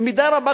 במידה רבה,